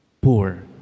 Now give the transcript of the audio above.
poor